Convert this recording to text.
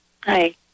Hi